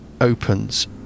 opens